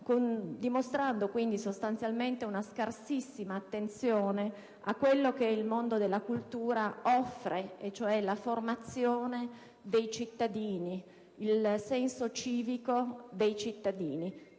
dimostrando quindi sostanzialmente una scarsissima attenzione a quello che il mondo della cultura offre, e cioè la formazione ed il senso civico dei cittadini.